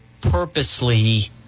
purposely